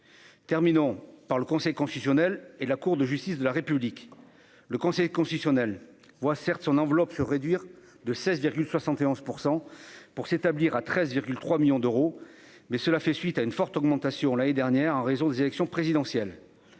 terminons par le Conseil constitutionnel et la Cour de justice de la République, le Conseil constitutionnel, voit certes son enveloppe se réduire de 16 virgule 71 %, pour s'établir à 13,3 millions d'euros, mais cela fait suite à une forte augmentation l'année dernière en raison des élections présidentielles,